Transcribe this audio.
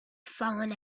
fallen